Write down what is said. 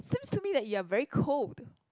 seems to me that you are very cold